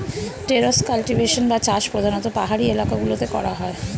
terrace cultivation বা চাষ প্রধানতঃ পাহাড়ি এলাকা গুলোতে করা হয়